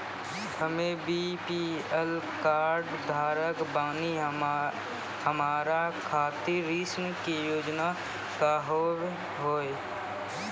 हम्मे BPL card धारक बानि हमारा खातिर ऋण के योजना का होव हेय?